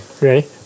ready